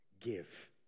give